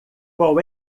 qual